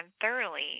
thoroughly